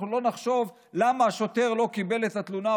אנחנו לא נחשוב למה השוטר לא קיבל את התלונה,